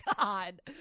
God